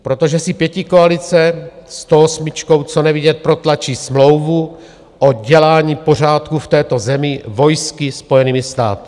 Protože si pětikoalice stoosmičkou co nevidět protlačí smlouvu o dělání pořádku v této zemi vojsky Spojenými státy.